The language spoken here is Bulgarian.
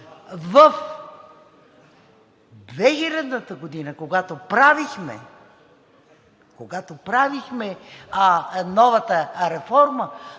В 2000 г., когато правихме новата реформа,